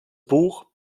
buch